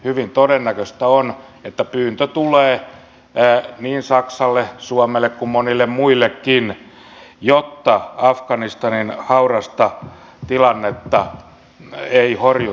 hyvin todennäköistä on että pyyntö tulee niin saksalle suomelle kuin monille muillekin jotta afganistanin haurasta tilannetta ei horjutettaisi